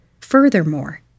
Furthermore